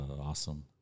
awesome